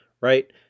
right